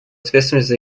ответственность